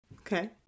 Okay